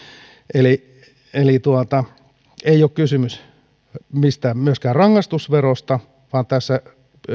eli eli ei ole kysymys myöskään mistään rangaistusverosta vaan tässä